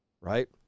right